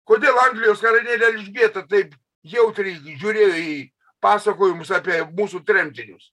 kodėl anglijos karalienė elžbieta taip jautriai žiūrėjo į pasakojimus apie mūsų tremtinius